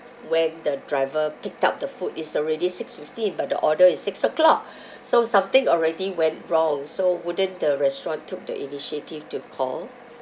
when the driver picked up the food it's already six fifteen but the order is six O'clock so something already went wrong so wouldn't the restaurant took the initiative to call